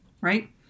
Right